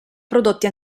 prodotti